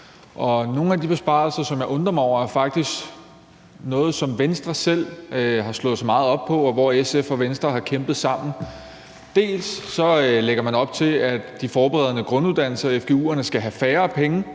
af de besparelser, som jeg undrer mig over, er faktisk på noget, som Venstre selv har slået sig meget op på, og som SF og Venstre har kæmpet sammen om. Man lægger til dels op til, at de forberedende grunduddannelser, fgu'erne, skal have færre penge.